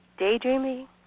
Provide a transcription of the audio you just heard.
daydreamy